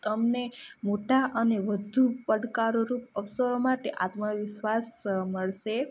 તમને મોટા અને વધુ પડકારોરૂપ અવસરો માટે આત્મવિશ્વાસ મળશે